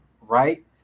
right